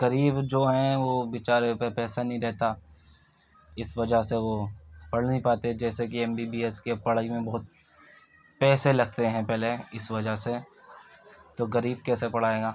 غریب جو ہیں وہ بیچارے پہ پیسہ نہیں رہتا اس وجہ سے وہ پڑھ نہیں پاتے ہیں جیسے کہ ایم بی بی ایس کے پڑھائی میں بہت پیسے لگتے ہیں پہلے اس وجہ سے تو غریب کیسے پڑھائے گا